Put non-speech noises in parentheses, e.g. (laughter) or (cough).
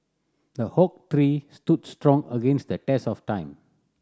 the (unintelligible) tree stood strong against the test of time